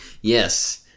Yes